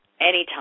Anytime